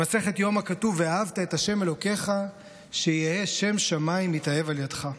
במסכת יומא כתוב: "ואהבת את ה' אלוקיך שיהא שם שמיים להתאהב על ידך".